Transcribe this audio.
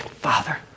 Father